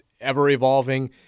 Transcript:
ever-evolving